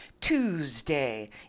Tuesday